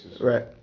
Right